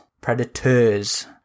Predators